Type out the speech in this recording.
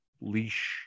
leash